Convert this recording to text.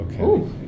Okay